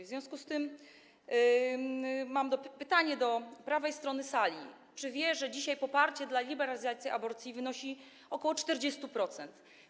W związku z tym mam pytanie do prawej strony sali, czy wie, że dzisiaj poparcie dla liberalizacji aborcji wynosi ok. 40%.